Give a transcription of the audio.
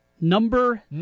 Number